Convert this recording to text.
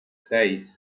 seis